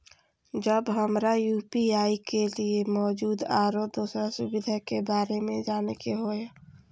जब हमरा यू.पी.आई के लिये मौजूद आरो दोसर सुविधा के बारे में जाने के होय?